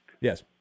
Yes